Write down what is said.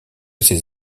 ces